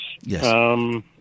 Yes